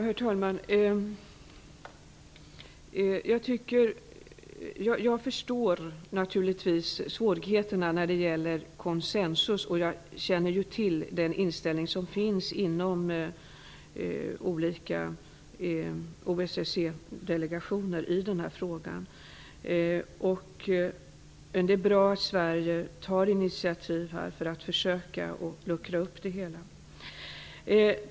Herr talman! Jag förstår naturligtvis svårigheterna när det gäller konsensus och jag känner till den inställning som finns inom olika OSSE-delegationer i den här frågan. Det är bra att Sverige tar initiativ för att försöka luckra upp det hela.